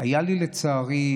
היה לי, לצערי,